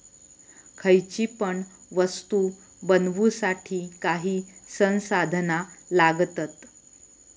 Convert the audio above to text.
खयची पण वस्तु बनवुसाठी काही संसाधना लागतत